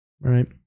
right